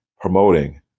promoting